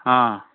ஆ